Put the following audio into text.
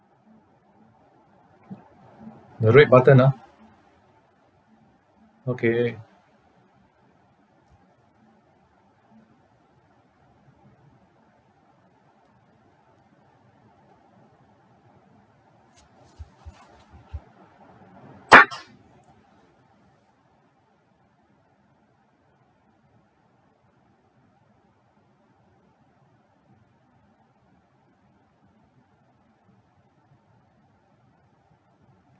the red button ah okay